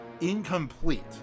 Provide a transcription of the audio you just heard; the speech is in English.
incomplete